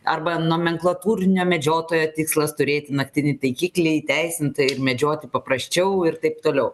arba nomenklatūrinio medžiotojo tikslas turėti naktinį taikiklį įteisintą ir medžioti paprasčiau ir taip toliau